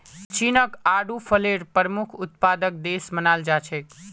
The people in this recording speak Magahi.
चीनक आडू फलेर प्रमुख उत्पादक देश मानाल जा छेक